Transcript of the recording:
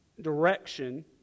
direction